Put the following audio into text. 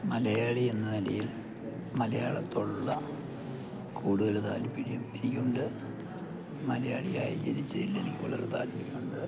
മലയാളി എന്ന നിലയിൽ മലയാളത്തിലുള്ള കൂടുതൽ താല്പര്യം എനിക്കുണ്ട് മലയാളിയായി ജനിച്ചതിൽ എനിക്ക് വളരെ താല്പര്യം ഉണ്ട്